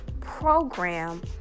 program